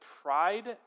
Pride